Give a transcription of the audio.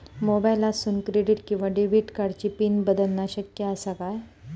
मोबाईलातसून क्रेडिट किवा डेबिट कार्डची पिन बदलना शक्य आसा काय?